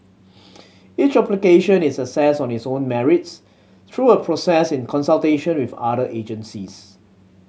each application is assessed on its own merits through a process in consultation with other agencies